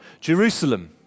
Jerusalem